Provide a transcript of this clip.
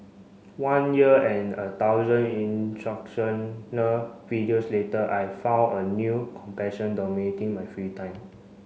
one year and a thousand instructional videos later I found a new compassion dominating my free time